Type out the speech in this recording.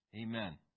Amen